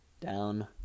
down